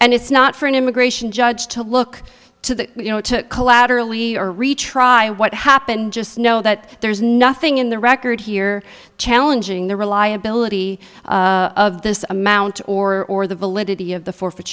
and it's not for an immigration judge to look to you know to collaterally or retry what happened just know that there's nothing in the record here challenging the reliability of this amount or the validity of the forfeit